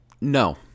No